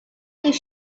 this